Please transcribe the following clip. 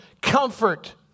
comfort